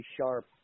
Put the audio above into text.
Sharp